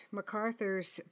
MacArthur's